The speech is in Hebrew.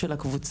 לקבוע